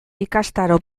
ikastaro